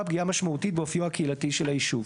פגיעה משמעותית באופיו הקהילתי של היישוב".